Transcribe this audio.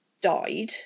died